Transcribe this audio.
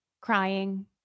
crying